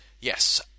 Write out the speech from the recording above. Yes